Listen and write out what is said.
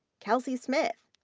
kelsey smith.